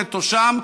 נטו שם,